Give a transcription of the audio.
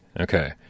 okay